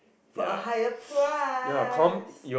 for a higher price